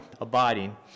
abiding